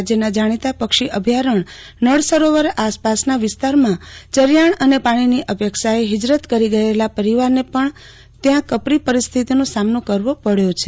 રાજયના જાણીતા પક્ષો અભ્યારણ્ય નળ સરોવર આસપાસના વિસ્તારમાં ચરિયાણ અન પાણી ની અપક્ષાએ હિજરત કરી ગયલા પરિવારને પણ ત્યાં કપરી પરિસ્થિતિનો સામનો કરવો પડયો છે